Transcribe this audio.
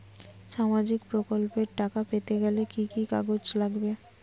সামাজিক প্রকল্পর টাকা পেতে গেলে কি কি কাগজ লাগবে?